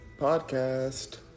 podcast